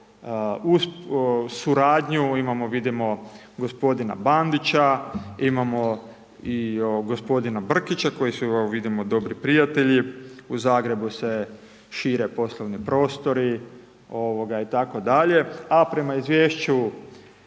suradnju, imamo vidimo gospodina Bandića imamo i gospodina Brkića, koji evo vidimo dobri prijatelji, u Zagrebu se šire poslovni prostori itd. a prema izvješću